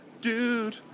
Dude